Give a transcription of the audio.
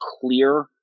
clear